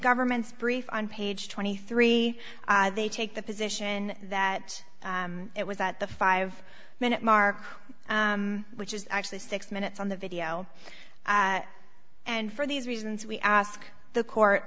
government's brief on page twenty three dollars they take the position that it was at the five minute mark which is actually six minutes on the video and for these reasons we ask the court